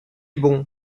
bon